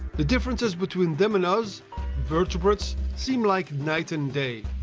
the differences between them and us vertebrates seem like night and day!